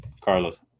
Carlos